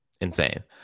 insane